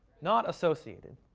not associated.